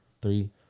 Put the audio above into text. Three